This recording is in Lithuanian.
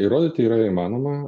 įrodyti yra įmanoma